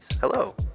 Hello